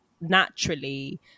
naturally